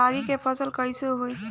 रागी के फसल कईसे होई?